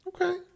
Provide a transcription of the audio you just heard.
Okay